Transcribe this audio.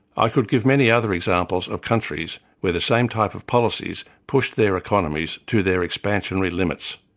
i could give many other examples of countries where the same type of policies pushed their economies to their expansionary limits.